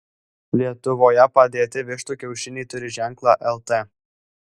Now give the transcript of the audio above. lietuvoje padėti vištų kiaušiniai turi ženklą lt